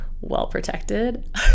well-protected